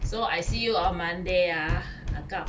so I see you on monday ah ah gao